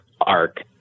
arc